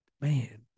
Man